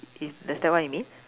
is does that what it mean